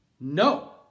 No